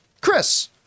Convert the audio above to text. Chris